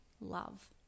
love